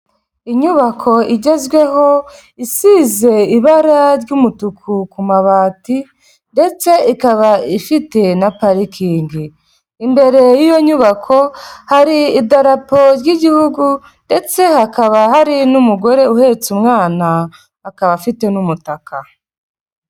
Inyubako igezweho, isize ibara ry'umutuku ku mabati ndetse ikaba ifite na parikingi. Imbere y'iyo nyubako hari Idarapo ry'Igihugu ndetse hakaba hari n'umugore uhetse umwana akaba afite n'umutaka.